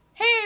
hey